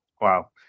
Wow